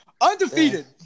Undefeated